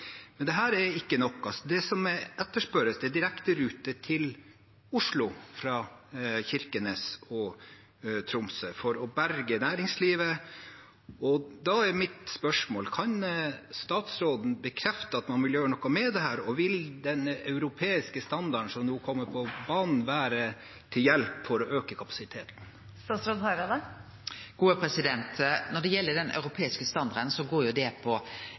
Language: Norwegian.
Men dette er ikke nok. Det som etterspørres, er direkteruter til Oslo fra Kirkenes og Alta for å berge næringslivet. Da er mitt spørsmål: Kan statsråden bekrefte at han vil gjøre noe med dette, og vil den europeiske standarden som nå kommer på banen, være til hjelp for å øke kapasiteten? Når det gjeld den europeiske standarden, går det på